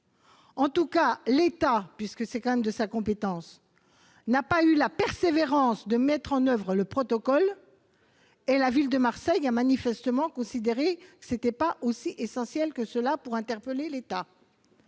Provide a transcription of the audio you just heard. est-il que l'État, puisque c'est de sa compétence, n'a pas eu la persévérance de mettre en oeuvre le protocole, et la ville de Marseille a manifestement considéré que le problème n'était pas aussi essentiel que cela pour interpeller l'État.